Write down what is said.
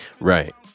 Right